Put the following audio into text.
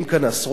עשרות אלפים